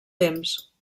temps